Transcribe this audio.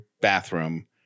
bathroom